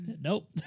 Nope